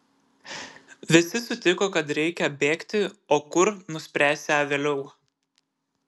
visi sutiko kad reikia bėgti o kur nuspręsią vėliau